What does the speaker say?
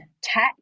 tech